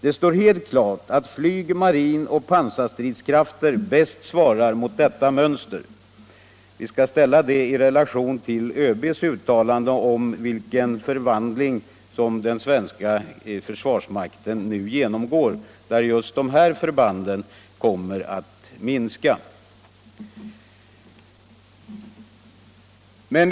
Det står helt klart att flyg-, marinoch pansarstridskrafter bäst svarar mot detta mönster.” Man bör sätta detta i relation till ÖB:s uttalande om vilken förvandling den svenska försvarsmakten nu genomgår, varvid just dessa förband kommer att minska.